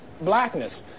blackness